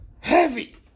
Heavy